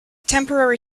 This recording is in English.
temporary